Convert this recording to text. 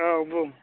औ बुं